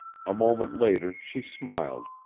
a moment later she smiled,